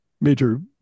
major